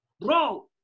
bro